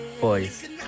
boys